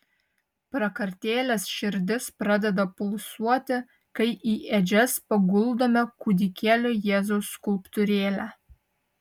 prakartėlės širdis pradeda pulsuoti kai į ėdžias paguldome kūdikėlio jėzaus skulptūrėlę